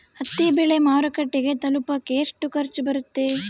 ಹತ್ತಿ ಬೆಳೆ ಮಾರುಕಟ್ಟೆಗೆ ತಲುಪಕೆ ಎಷ್ಟು ಖರ್ಚು ಬರುತ್ತೆ?